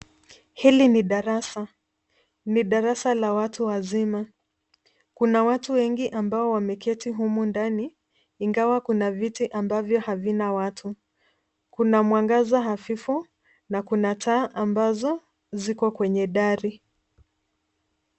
Hili ni darasa. Ni darasa la watu wazima. Kuna watu wengi ambao wameketi humo ndani, ingawa kuna viti ambavyo havina watu. Kuna mwangaza hafifu na kuna taa ambazo ziko kwenye dari.